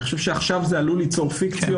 אני חושב שעכשיו זה עלול ליצור פיקציות